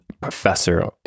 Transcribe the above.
professor